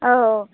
औ